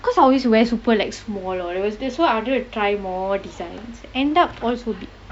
because I always wear super like small or whatever that's why I wanted to try more designs end up all so big